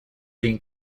being